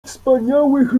wspaniałych